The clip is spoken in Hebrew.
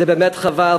זה באמת חבל,